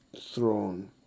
throne